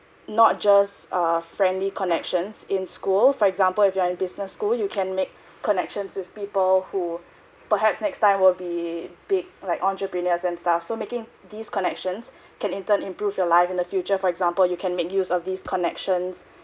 not just a friendly connections in school for example if you are in business school you can make connections with people who perhaps next time will be big like entrepreneurs and stuff so making these connections can in turn improve your life in the future for example you can make use of these connections